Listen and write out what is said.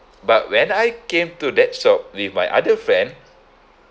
but when I came to that shop with my other friend